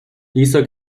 dieser